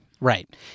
Right